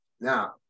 now